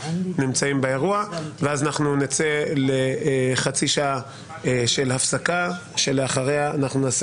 ואז נצא לחצי שעה של הפסקה ואחריה נעשה